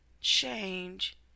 change